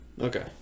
okay